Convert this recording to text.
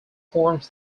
forms